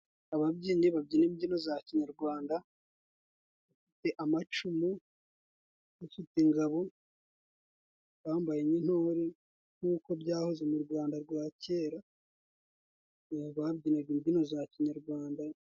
Ababyinnyi babyina imbyino za kinyarwanda bafite amacumu, bafite ingabo, bambaye nk'intore nk'uko byahoze. Mu Rwanda rwa kera babyinaga imbyino za kinyarwanda.